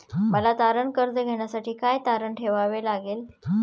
मला तारण कर्ज घेण्यासाठी काय तारण ठेवावे लागेल?